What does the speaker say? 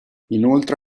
inoltre